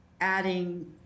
adding